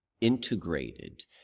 integrated